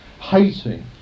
Hating